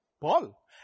Paul